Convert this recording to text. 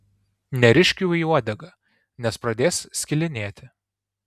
nerišk jų į uodegą nes pradės skilinėti